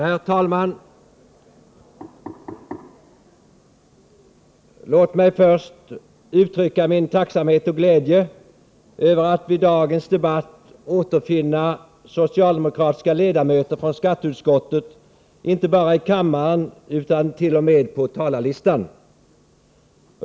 Herr talman! Låt mig först uttrycka min tacksamhet och glädje över att vid dagens debatt återfinna socialdemokratiska ledamöter från skatteutskottet inte bara i kammaren utan t.o.m. på talarlistan.